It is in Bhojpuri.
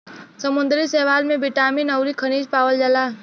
समुंदरी शैवाल में बिटामिन अउरी खनिज पावल जाला